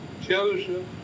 Joseph